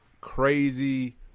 crazy